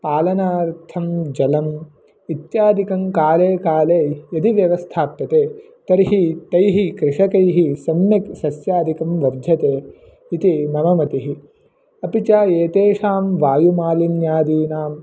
पालनार्थं जलम् इत्यादिकं काले काले यदि व्यवस्थाप्यते तर्हि तैः कृषकैः सम्यक् सस्यादिकं वर्ध्यते इति मम मतिः अपि च एतेषां वायुमालिन्यादीनां